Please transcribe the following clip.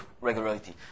regularity